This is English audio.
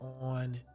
on